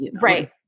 Right